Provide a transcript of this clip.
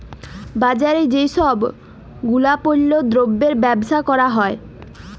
বাজারে যেই সব গুলাপল্য দ্রব্যের বেবসা ক্যরা হ্যয়